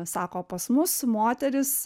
sako pas mus moteris